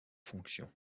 fonctions